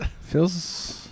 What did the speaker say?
Feels